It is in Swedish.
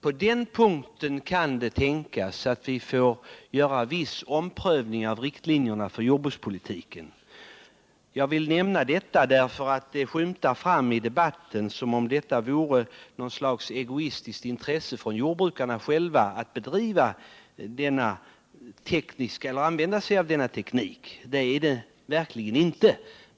På den punkten kan det tänkas att vi i viss mån får ompröva de jordbrukspolitiska riktlinjerna. Jag vill nämna detta, eftersom det av debatten verkar som om jordbrukarna själva hade ett slags egoistiskt intresse av att använda denna teknik. Det har de verkligen inte.